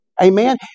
Amen